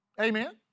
Amen